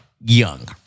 young